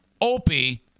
Opie